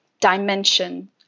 dimension